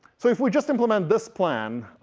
so if we just implement this plan,